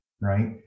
right